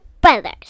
brothers